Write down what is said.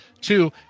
Two